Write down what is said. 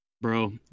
bro